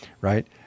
Right